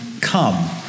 come